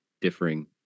differing